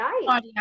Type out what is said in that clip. nice